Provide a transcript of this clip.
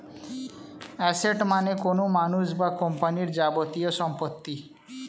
asset মানে কোনো মানুষ বা কোম্পানির যাবতীয় সম্পত্তি